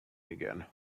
again